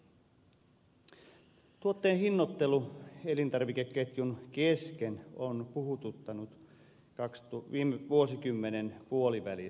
tuotteen hinnoittelu elintarvikeketjun kesken on puhuttanut viime vuosikymmenen puolivälistä saakka